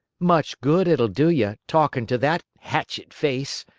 much good it'll do ye, talkin' to that hatchet-face.